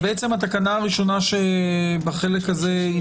בעצם התקנה הראשונה בחלק הזה היא